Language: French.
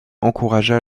encouragea